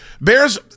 bears